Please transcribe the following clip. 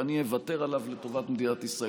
ואני אוותר עליו לטובת מדינת ישראל.